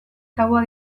tabua